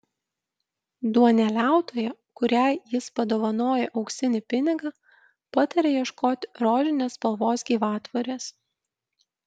duoneliautoja kuriai jis padovanoja auksinį pinigą pataria ieškoti rožinės spalvos gyvatvorės